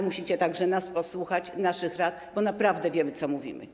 Musicie także nas posłuchać, naszych rad, bo naprawdę wiemy, co mówimy.